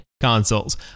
consoles